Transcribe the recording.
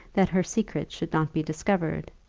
that her secret should not be discovered,